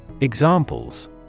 Examples